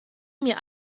mir